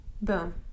Boom